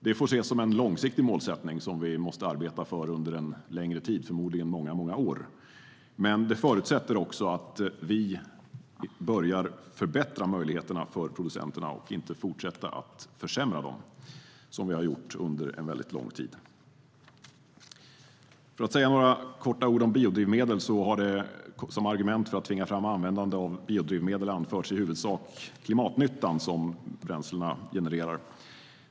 Det får ses som en långsiktig målsättning som vi måste arbeta för under en längre tid, förmodligen i många, många år, men det förutsätter också att vi börjar förbättra möjligheterna för producenterna och inte fortsätter att försämra dem, vilket vi har gjort under en väldigt lång tid. Jag vill säga några korta ord om biodrivmedel. Som argument för att tvinga fram användande av biodrivmedel anförs i huvudsak den klimatnytta som dessa bränslen genererar.